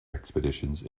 expeditions